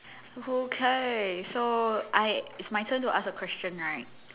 okay so I it's my turn to ask a question right